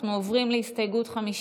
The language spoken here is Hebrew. אנחנו עוברים להסתייגות מס'